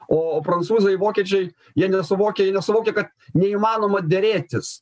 o prancūzai vokiečiai jie nesuvokia nesuvokia kad neįmanoma derėtis